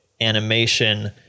animation